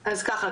אז ככה,